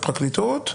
בפרקליטות,